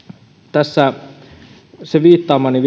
tässä viittaamaani